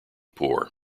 poor